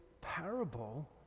parable